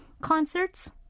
Concerts